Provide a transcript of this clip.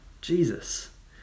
Jesus